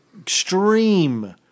extreme